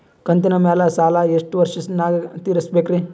ಕಂತಿನ ಮ್ಯಾಲ ಸಾಲಾ ಎಷ್ಟ ವರ್ಷ ನ್ಯಾಗ ತೀರಸ ಬೇಕ್ರಿ?